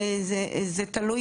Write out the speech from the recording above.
זה תלוי